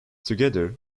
together